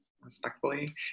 respectfully